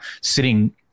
sitting